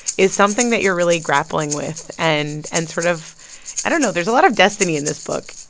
is something that you're really grappling with and and sort of i don't know. there's a lot of destiny in this book,